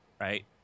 right